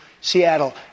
Seattle